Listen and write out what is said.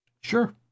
Sure